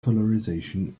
polarization